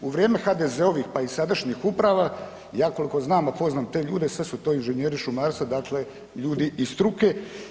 U vrijeme HDZ-ovih, pa i sadašnjim uprava, ja koliko znam, a poznam te ljude, sve su to inženjeri šumarstva, dakle ljudi iz struke.